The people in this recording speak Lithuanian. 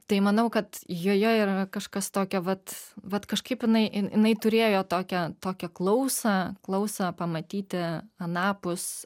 tai manau kad joje yra kažkas tokio vat vat kažkaip jinai jinai turėjo tokią tokią klausą klausą pamatyti anapus